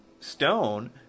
stone